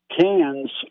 cans